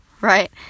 right